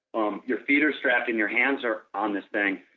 um your feet are strapped and your hands are on this thing,